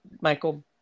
Michael